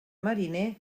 mariner